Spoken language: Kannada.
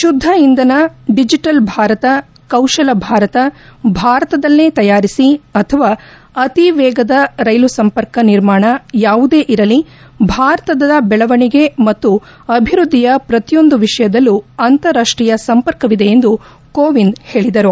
ಶುಧ ಇಂಧನ ಡಿಜೆಟಲ್ ಭಾರತ ಕೌಶಲ ಭಾರತ ಭಾರತದಲ್ಲೇ ತಯಾರಿಸಿ ಅಥವಾ ಅತೀ ವೇಗದ ರೈಲು ಸಂಪರ್ಕ ನಿರ್ಮಾಣ ಯಾವುದೇ ಇರಲಿ ಭಾರತದ ಬೆಳವಣಿಗೆ ಮತ್ತು ಅಭಿವೃದ್ದಿಯ ಪ್ರತಿಯೊಂದು ವಿಷಯದಲ್ಲೂ ಅಂತರಾಷ್ಟೀಯ ಸಂಪರ್ಕವಿದೆ ಎಂದು ಕೋವಿಂದ್ ಹೇಳಿದರು